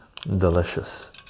delicious